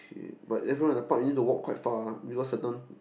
but everyone in the park you need to walk quite far because certain